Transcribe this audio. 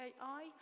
AI